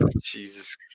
Jesus